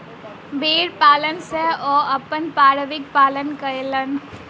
भेड़ पालन सॅ ओ अपन परिवारक पालन कयलैन